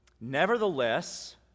Nevertheless